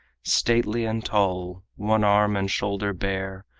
stately and tall, one arm and shoulder bare,